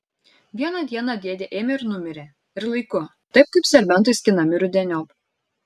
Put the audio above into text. vieną dieną dėdė ėmė ir numirė ir laiku taip kaip serbentai skinami rudeniop